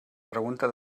pregunta